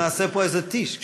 תכף נעשה פה איזה "טיש".